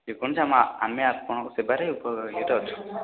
ଦେଖନ୍ତୁ ଆମ ଆମେ ଆପଣଙ୍କ ସେବାରେ ଅଛୁ